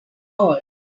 all